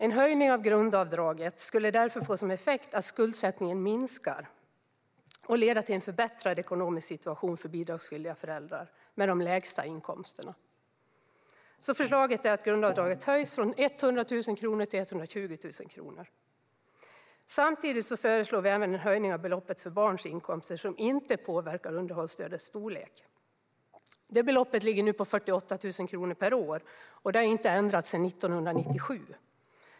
En höjning av grundavdraget skulle därför få som effekt att skuldsättningen minskar och leda till en förbättrad ekonomisk situation för bidragsskyldiga föräldrar med de lägsta inkomsterna. Förslaget är därför att grundavdraget höjs från 100 000 kronor till 120 000 kronor. Samtidigt föreslår vi även en höjning av beloppet för barns inkomster som inte påverkar underhållsstödets storlek. Beloppet ligger nu på 48 000 kronor per år och har inte ändrats sedan 1997.